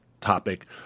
topic